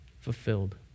fulfilled